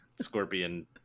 Scorpion